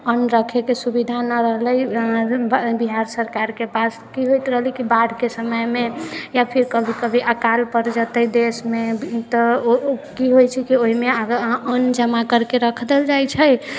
अन्न रखैके सुविधा नहि रहलै बिहार सरकारके पास की होइत रहलै की बाढ़िके समयमे या फिर कभी कभी अकालपर जेतै देशमे तऽ ओ की होइ छै की ओइमे अगर अहाँ अन्न जमा करके रख देल जाइ छै